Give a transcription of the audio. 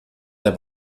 der